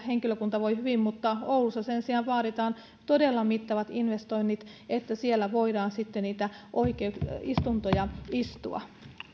henkilökunta voi hyvin mutta oulussa sen sijaan vaaditaan todella mittavat investoinnit että siellä voidaan sitten niitä istuntoja istua